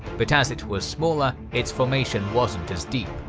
but as it was smaller, its formation wasn't as deep.